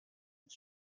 das